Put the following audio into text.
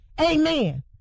Amen